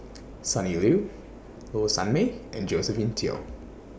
Sonny Liew Low Sanmay and Josephine Teo